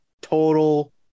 total